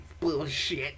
Bullshit